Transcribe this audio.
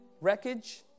wreckage